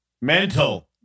Mental